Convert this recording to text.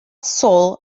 sol